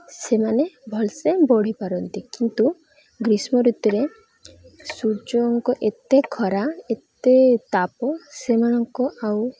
ସେମାନେ ଭଲସେ ବଢ଼ିପାରନ୍ତି କିନ୍ତୁ ଗ୍ରୀଷ୍ମ ଋତୁରେ ସୂର୍ଯ୍ୟଙ୍କ ଏତେ ଖରା ଏତେ ତାପ ସେମାନଙ୍କୁ ଆଉ